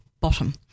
bottom